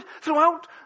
throughout